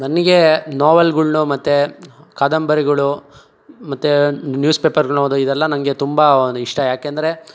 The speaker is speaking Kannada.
ನನಗೆ ನೋವೆಲ್ಗಳನ್ನ ಮತ್ತೆ ಕಾದಂಬರಿಗಳು ಮತ್ತೆ ನ್ಯೂಸ್ ಪೇಪರ್ನೋದೋ ಇದೆಲ್ಲ ನನಗೆ ತುಂಬ ಇಷ್ಟ ಏಕೆಂದ್ರೆ